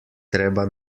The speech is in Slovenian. treba